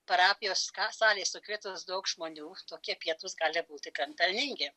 parapijos ką salėj sukvietus daug žmonių tokie pietūs gali būti gan pelningi